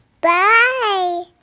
Bye